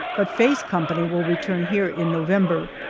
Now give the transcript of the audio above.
but faye's company will return here in november.